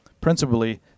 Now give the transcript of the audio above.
principally